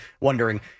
wondering